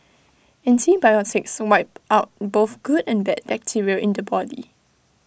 antibiotics wipe out both good and bad bacteria in the body